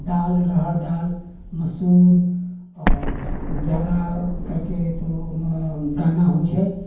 दालि रहर दालि मसूर आओर जादा करके तऽ ओ मे गन्ना होइ छै